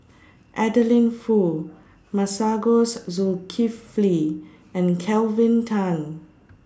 Adeline Foo Masagos Zulkifli and Kelvin Tan